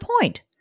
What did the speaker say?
point